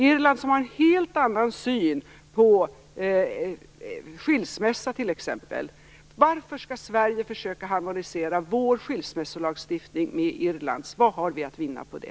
Irland har en helt annan syn på t.ex. skilsmässa. Varför skall Sverige försöka harmonisera vår skilsmässolagstiftning med Irlands? Vad har vi att vinna på det?